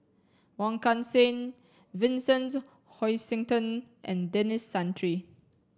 Wong Kan Seng Vincent Hoisington and Denis Santry